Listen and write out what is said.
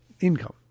income